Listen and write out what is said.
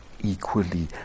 equally